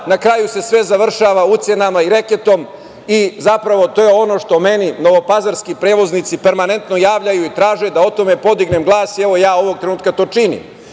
na kraju se sve završava ucenama i reketom. To je ono što meni novopazarski prevoznici permanentno javljaju i traže da o tome podignem glas i, evo, ja ovog trenutka to činim. Dakle,